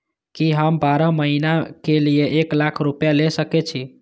की हम बारह महीना के लिए एक लाख रूपया ले सके छी?